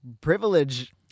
privilege